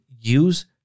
use